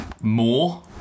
more